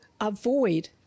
avoid